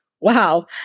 Wow